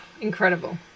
incredible